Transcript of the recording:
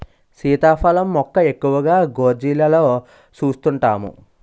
సీతాఫలం మొక్క ఎక్కువగా గోర్జీలలో సూస్తుంటాము